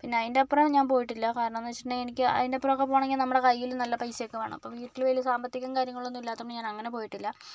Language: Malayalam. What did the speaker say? പിന്നെ അതിൻ്റെ അപ്പുറം ഞാൻ പോയിട്ടില്ല കാരണമെന്തെന്ന് വെച്ചിട്ടുണ്ടെങ്കിൽ അതിനപ്പുറം ഒക്കെ പോകണമെങ്കിൽ നമ്മുടെ കൈയിൽ നല്ല പൈസ വേണം അപ്പോൾ വീട്ടിൽ വലിയ സാമ്പത്തികം കാര്യങ്ങളൊന്നും ഇല്ലാത്തതുകൊണ്ട് ഞാൻ അങ്ങനെ പോയിട്ടില്ല